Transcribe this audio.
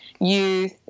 youth